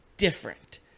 Different